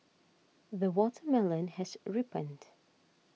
the watermelon has ripened